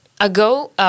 ago